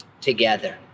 together